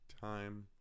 time